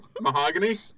mahogany